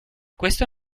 questo